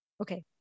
okay